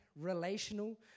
Relational